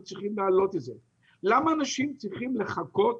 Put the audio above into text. למה אנשים צריכים לחכות